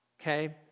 Okay